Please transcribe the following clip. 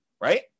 right